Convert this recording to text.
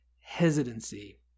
hesitancy